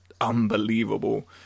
unbelievable